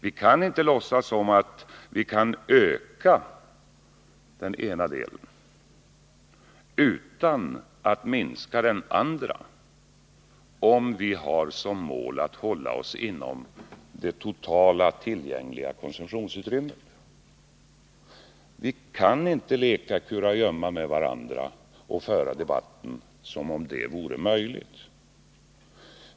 Vi kan inte låtsas som om vi kan öka den ena delen utan att minska den andra, om vi har som mål att hålla oss inom det totalt tillgängliga konsumtionsutrymmet. Vi kan inte leka kurragömma med varandra och föra debatten som om det vore möjligt.